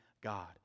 God